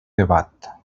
debat